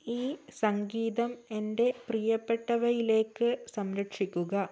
ഈ സംഗീതം എൻ്റെ പ്രിയപ്പെട്ടവയിലേക്ക് സംരക്ഷിക്കുക